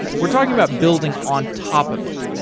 we're talking about building on top of it.